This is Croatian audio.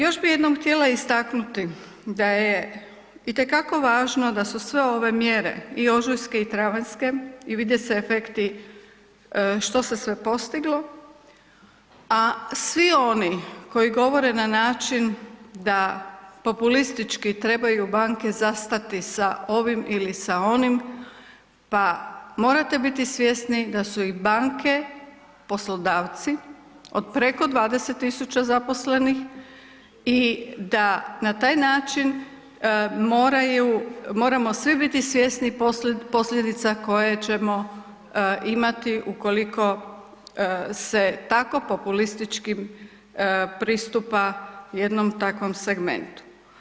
Još bih jednom htjela istaknuti da je, itekako važno da su sve ove mjere i ožujske i travanjske i vide se efekti što se sve postiglo, a svi oni koji govore na način da populistički trebaju banke zastati sa ovim ili sa onim, pa morate biti svjesni da su i banke poslodavci od preko 20 tisuća zaposlenih i da na taj način moraju, moramo svi biti svjesni posljedica koje ćemo imati ukoliko se tako populističkim pristupa jednom takvom segmentu.